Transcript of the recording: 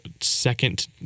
second